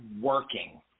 working